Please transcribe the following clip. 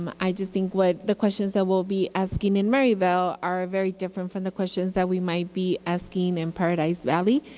um i just think the questions that will be asking in maryvale are very different from the questions that we might be asking in paradise valley.